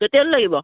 কেতিয়ালৈ লাগিব